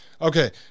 Okay